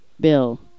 bill